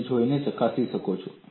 તમે જઈને ચકાસી શકો છો